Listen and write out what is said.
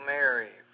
Mary